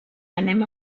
anem